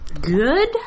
good